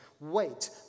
Wait